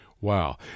Wow